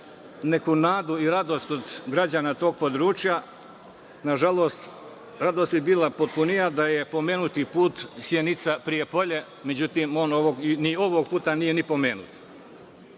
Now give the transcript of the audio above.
neku nadu i radost kod građana tog područja. Nažalost, radost bi bila potpunija da je pomenuti put Sjenica-Prijepolje, međutim, on ni ovog puta nije pomenut.No,